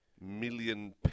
million